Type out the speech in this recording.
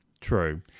True